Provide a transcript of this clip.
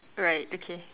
right okay